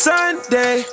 Sunday